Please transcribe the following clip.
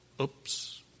Oops